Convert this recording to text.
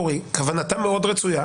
כוונתה מאוד רצויה,